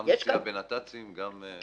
גם נסיעה בנת"צים וכן הלאה.